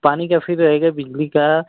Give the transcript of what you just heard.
पानी का फ्री रहेगा बिजली का